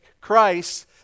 Christ